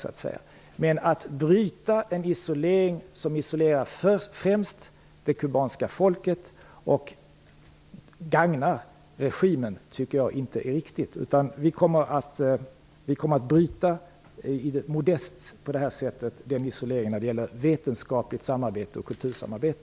Men jag tycker inte att det är riktigt att bryta en isolering som främst isolerar det kubanska folket och gagnar regimen. Vi kommer på det här sättet att modest bryta isoleringen när det gäller vetenskapligt samarbete och kultursamarbete.